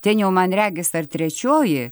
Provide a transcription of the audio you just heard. ten jau man regis ar trečioji